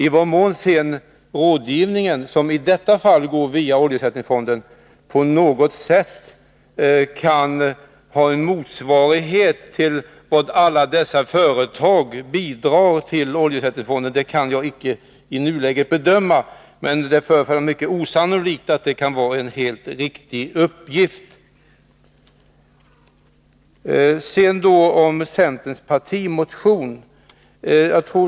I vad mån sedan rådgivningen — som i detta fall går via oljeersättningsfonden — på något sätt kan utgöra en motsvarighet till vad alla dessa företag bidrar till fonden med, kan jag inte i nuläget bedöma. Men det förefaller mycket osannolikt att det kan vara en helt riktig uppgift. Sedan några ord om centerns partimotion.